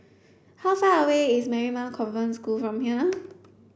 how far away is Marymount Convent School from here